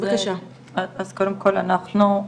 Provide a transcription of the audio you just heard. אז קודם כל אנחנו,